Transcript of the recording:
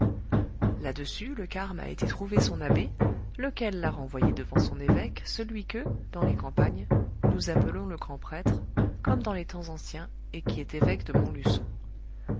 dessus le carme a été trouver son abbé lequel l'a renvoyé devant son évêque celui que dans les campagnes nous appelons le grand prêtre comme dans les temps anciens et qui est évêque de montluçon